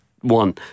one